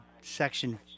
Section